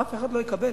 אף אחד לא יקבל,